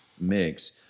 mix